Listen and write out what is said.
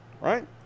right